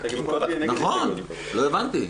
נכון, לא הבנתי.